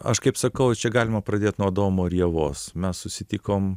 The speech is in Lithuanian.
aš kaip sakau čia galima pradėt nuo adomo ir ievos mes susitikom